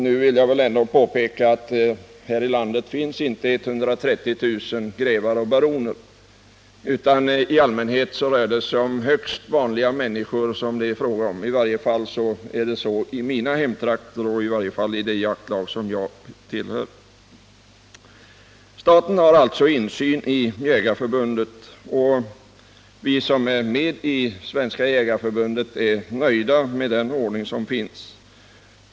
Jag vill ändå påpeka att det här i landet inte finns 130 000 grevar och baroner, utan i allmänhet rör det sig om högst vanliga människor — i varje fall är det så i mina hemtrakter och det jaktlag jag tillhör. Staten har alltså insyn i Jägareförbundet, och vi som är medlemmar i detta är nöjda med den ordning som finns.